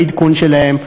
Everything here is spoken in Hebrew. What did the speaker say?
בעדכון שלהן,